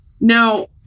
Now